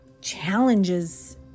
challenges